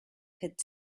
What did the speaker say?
could